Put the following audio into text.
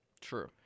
True